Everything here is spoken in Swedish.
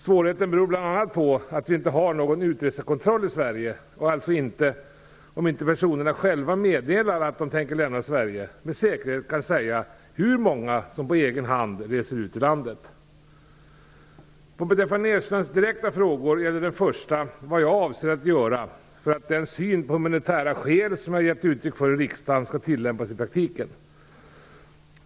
Svårigheten beror bl.a. på att vi inte har någon utresekontroll i Sverige och alltså inte, om inte personerna själva meddelar att de tänker lämna Sverige, med säkerhet kan säga hur många som på egen hand reser ut ur landet. Vad beträffar Näslunds direkta frågor gäller den första vad jag avser att göra för att den syn på humanitära skäl som jag gett uttryck för i riksdagen skall tillämpas i praktiken.